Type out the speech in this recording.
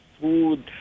food